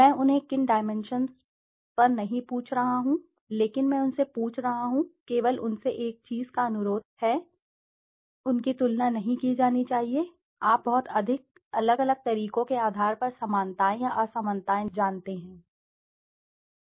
मैं उन्हें किन डाइमेंशन्स पर नहीं पूछ रहा हूं लेकिन मैं उनसे पूछ रहा हूं केवल उनसे एक चीज का अनुरोध कर रहा हूं उनकी तुलना नहीं की जानी चाहिए आप बहुत अधिक अलग अलग तरीकों के आधार पर समानताएं या असमानताएं जानना जानते हैं